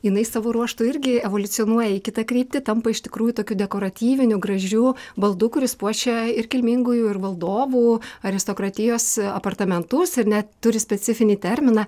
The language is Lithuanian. jinai savo ruožtu irgi evoliucionuoja į kitą kryptį tampa iš tikrųjų tokiu dekoratyviniu gražiu baldu kuris puošia ir kilmingųjų ir valdovų aristokratijos apartamentus ir net turi specifinį terminą